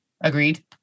Agreed